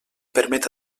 permet